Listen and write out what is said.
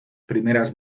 primeras